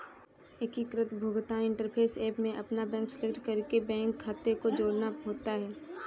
एकीकृत भुगतान interface app में अपना बैंक सेलेक्ट करके बैंक खाते को जोड़ना होता है